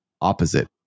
opposite